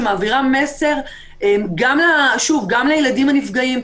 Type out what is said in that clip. שמעבירה מסר גם לילדים הנפגעים,